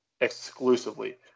exclusively